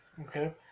Okay